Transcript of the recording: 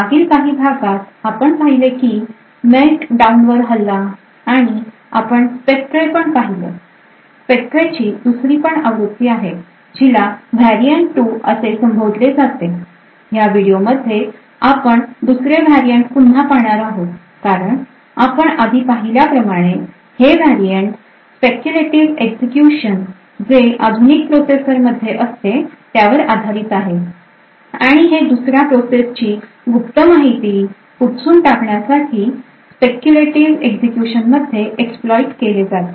मागील काही भागात आपण पाहिले की Meltdown वर हल्ला आणि आपण Spectre पण पाहिले Spectre ची दुसरी पण आवृत्ती आहे जिला Variant 2 असे संबोधले जाते ह्या व्हिडिओ मध्ये आपण दुसरे Variant पुन्हा पाहणार आहोत कारण आपण आधी पाहिल्या प्रमाणे हे Variant speculative execution जे आधुनिक प्रोसेसर मध्ये असते त्यावर आधारित आहे आणि हे दुसऱ्या प्रोसेसची गुप्त माहिती पुसून टाकण्यासाठी speculative execution मध्ये exploits केले जाते